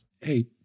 Hey